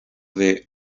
del